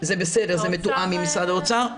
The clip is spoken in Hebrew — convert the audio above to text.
זה בסדר, זה מתואם עם משרד האוצר.